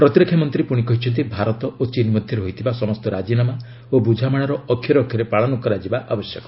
ପ୍ରତିରକ୍ଷା ମନ୍ତ୍ରୀ କହିଛନ୍ତି ଭାରତ ଓ ଚୀନ୍ ମଧ୍ୟରେ ହୋଇଥିବା ସମସ୍ତ ରାଜିନାମା ଓ ବୁଝାମଣାର ଅକ୍ଷରେ ଅକ୍ଷରେ ପାଳନ ହେବା ଆବଶ୍ୟକ